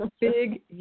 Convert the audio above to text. Big